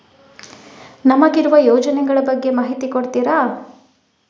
ನಮಗಿರುವ ಯೋಜನೆಗಳ ಬಗ್ಗೆ ಮಾಹಿತಿ ಕೊಡ್ತೀರಾ?